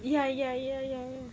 ya ya ya ya ya